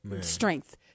Strength